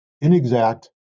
inexact